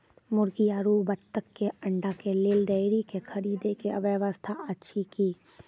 मुर्गी आरु बत्तक के अंडा के लेल डेयरी के खरीदे के व्यवस्था अछि कि?